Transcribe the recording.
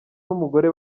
n’umugore